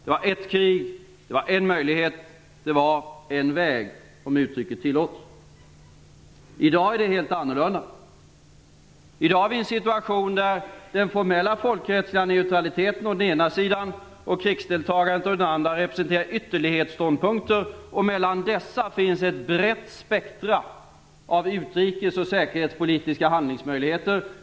Det var ett krig, en möjlighet och en väg, om uttrycket tillåts. I dag är det helt annorlunda. I dag har vi en situation där den formella folkrättsliga neutraliteten å den ena sidan och krigsdeltagande å den andra sidan representerar ytterlighetsståndpunkter. Mellan dessa finns ett brett spektra av utrikes och säkerhetspolitiska handlingsmöjligheter.